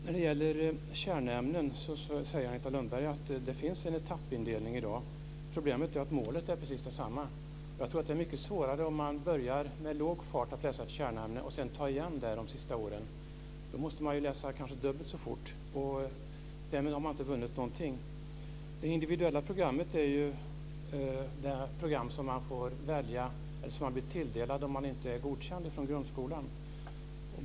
När det gäller kärnämnen säger Agneta Lundberg att det i dag finns en etappindelning. Problemet är att målet är precis detsamma. Det är mycket svårare om man börjar med låg fart att läsa ett kärnämne och sedan ska ta igen det de sista åren. Då måste man kanske läsa dubbelt så fort, och därmed har man inte vunnit någonting. Det individuella programmet är det program man blir tilldelad om man inte blir godkänd från grundskolan.